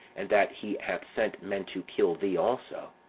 and that he hath sent men to kill thee also.